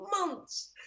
months